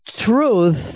truth